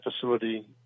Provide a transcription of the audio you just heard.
facility